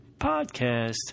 podcast